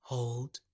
Hold